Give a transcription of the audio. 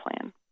plan